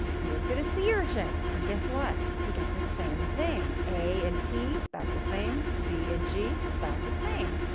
he looked at a sea urchin, and, guess what? he got the same thing. a and t, about the same. c and g, about the same.